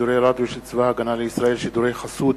(שידורי רדיו של צבא-הגנה לישראל) (שידורי חסות